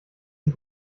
sie